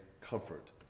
comfort